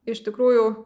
iš tikrųjų